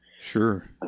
Sure